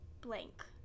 blank